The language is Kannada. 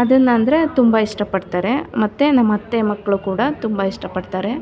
ಅದನ್ನ ಅಂದರೆ ತುಂಬ ಇಷ್ಟಪಡ್ತಾರೆ ಮತ್ತೆ ನಮ್ಮ ಅತ್ತೆ ಮಕ್ಕಳು ಕೂಡ ತುಂಬ ಇಷ್ಟಪಡ್ತಾರೆ